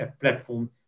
platform